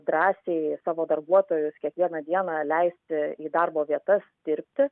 drąsiai savo darbuotojus kiekvieną dieną leisti į darbo vietas dirbti